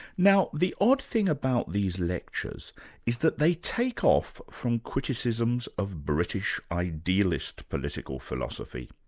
now the odd thing about these lectures is that they take off from criticisms of british idealist political philosophy.